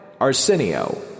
Arsenio